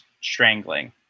strangling